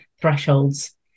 thresholds